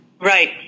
Right